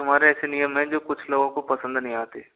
कुछ हमारे ऐसे नियम है जो कुछ लोगों को पसंद नहीं आते